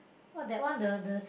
!wah! that one the the